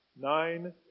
Nine